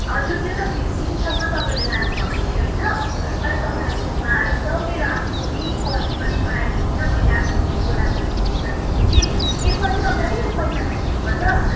हजुर त्यो त फिफ्टिनसम्म तपाईँले लानु भएको थियो होइन मैले तपाईँलाई त्यसमा है एकदम आफ्नो केही कस्ट पनि नराखिकन मैले आफ्नो किनेको दाममा फिफ्टिनमा दिएको थिएँ यसमा चाहिँ तपाईँले अलिकति पैसा थप्नुपर्छ